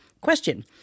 question